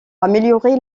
améliorer